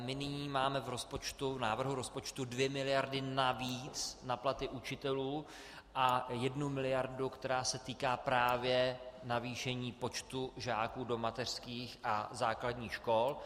Nyní máme v návrhu rozpočtu dvě miliardy navíc na platy učitelů a jednu miliardu, která se týká právě navýšení počtu žáků do mateřských a základních škol.